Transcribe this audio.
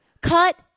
Cut